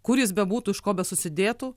kur jis bebūtų iš ko besusidėtų